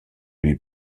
lui